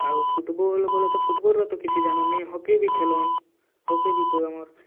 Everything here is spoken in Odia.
ଆଉ ଫୁଟବଲ୍ ବେଲେ ତ ଫୁଟବଲ୍ ର ତ କିଛି ଜାନୁ ନାଇ ହକି ବି ଖେଲୁନ୍ ବି ଖେଲୁନ୍ ହକି ବି ତ ଆମର୍